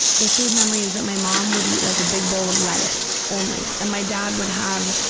the food memory is that my mom would eat like a big bowl of lettuce only, and my dad would have,